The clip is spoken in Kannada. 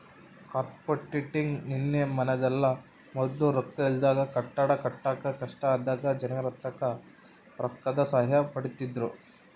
ಕ್ರೌಡ್ಪಂಡಿಂಗ್ ನಿನ್ನೆ ಮನ್ನೆದಲ್ಲ, ಮೊದ್ಲು ರೊಕ್ಕ ಇಲ್ದಾಗ ಕಟ್ಟಡ ಕಟ್ಟಾಕ ಕಷ್ಟ ಆದಾಗ ಜನರ್ತಾಕ ರೊಕ್ಕುದ್ ಸಹಾಯ ಪಡೀತಿದ್ರು